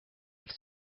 have